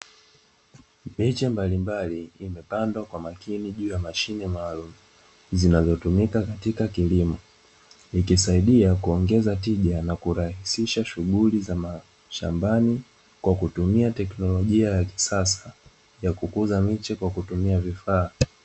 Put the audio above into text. Miche mbalimbali imepandwa juu ya mashine maalumu, zinazotumika katika kilimo zikisaidia kuongeza tija na kurahisisha shughuli za mashambani kwa kukuza miche kwa kutumia vifaa.